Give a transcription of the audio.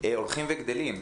הולכים וגדלים.